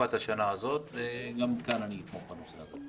תקופת השנה הזאת, וגם כאן אתמוך בנושא הזה.